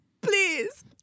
Please